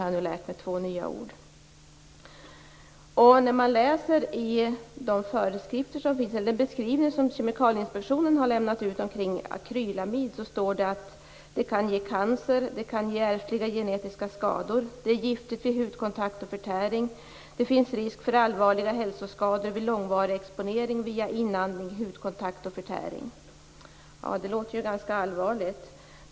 Jag har lärt mig de två nya orden. I den beskrivning av akrylamid som Kemikalieinspektionen gjort står det att ämnet kan ge cancer och ärftliga genetiska skador. Det är giftigt vid hudkontakt och förtäring. Det finns risk för allvarliga hälsoskador vid långvarig exponering via inandning, hudkontakt och förtäring. Det låter ganska allvarligt.